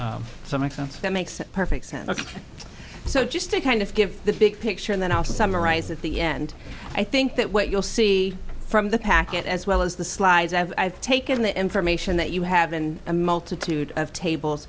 something that makes perfect sense so just to kind of give the big picture and then i'll summarize at the end i think that what you'll see from the packet as well as the slides i've taken the information that you have been a multitude of tables